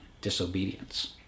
disobedience